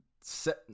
set